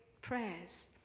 prayers